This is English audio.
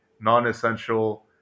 non-essential